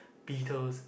Beetles